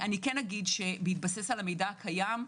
בהתבסס על המידע הקיים,